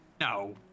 No